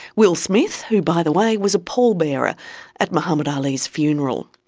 will smith, who by the way was a pall-bearer at muhammad ali's funeral.